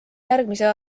järgmise